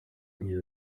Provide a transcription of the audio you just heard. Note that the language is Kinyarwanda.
yagize